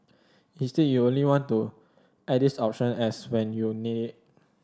instead you only want to add this option as when you need